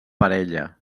parella